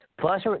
Plus